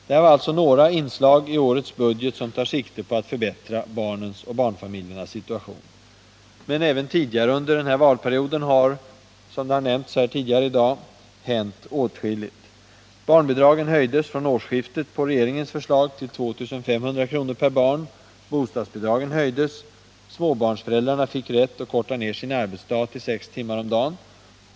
Detta är alltså några inslag i årets budget som tar sikte på att förbättra barnens och barnfamiljernas situation. Men även tidigare under den här valperioden har det, som nämnts här tidigare i dag, hänt åtskilligt. Barnbidragen höjdes från årsskiftet på regeringens förslag till 2 500 kr. per barn. Bostadsbidragen höjdes. Småbarnsföräldrarna fick rätt att korta ned sin arbetsdag till sex timmar om dagen.